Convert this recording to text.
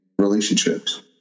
relationships